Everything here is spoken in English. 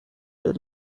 the